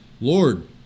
Lord